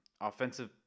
offensive